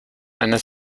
einer